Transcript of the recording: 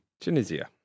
Tunisia